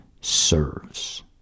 serves